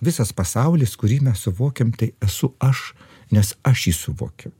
visas pasaulis kurį mes suvokiam tai esu aš nes aš jį suvokiu